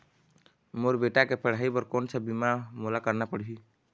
मोर बेटा के पढ़ई बर कोन सा बीमा मोला करना पढ़ही?